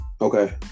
Okay